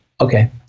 okay